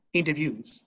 interviews